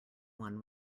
one